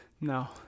no